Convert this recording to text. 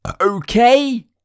Okay